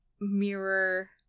mirror